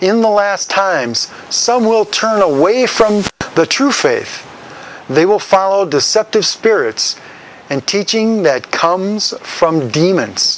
in the last times some will turn away from the true faith they will follow deceptive spirits and teaching that comes from demons